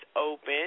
open